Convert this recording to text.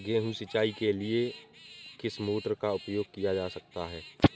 गेहूँ सिंचाई के लिए किस मोटर का उपयोग किया जा सकता है?